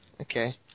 Okay